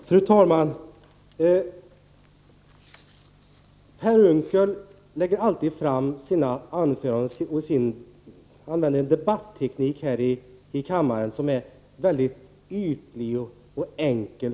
Fru talman! Per Unckel använder en debatteknik här i kammaren som är mycket ytlig och enkel.